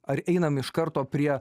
ar einam iš karto prie